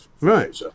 Right